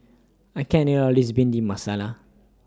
I can't eat All of This Bhindi Masala